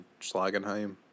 Schlagenheim